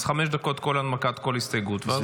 אז חמש דקות להנמקת כל הסתייגות.